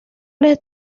les